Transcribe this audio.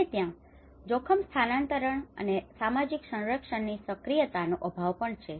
અને ત્યાં જોખમ સ્થાનાંતરણ અને સામાજિક સંરક્ષણની સક્રિયતાનો અભાવ પણ છે